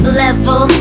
level